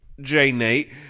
J-Nate